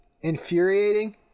infuriating